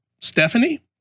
Stephanie